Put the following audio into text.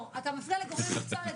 לא, אתה מפריע לגורמי מקצוע לדבר.